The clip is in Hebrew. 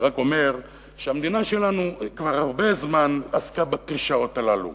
אני רק אומר שהמדינה שלנו כבר הרבה זמן עסקה בקלישאות הללו